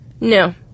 No